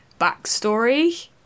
backstory